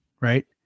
right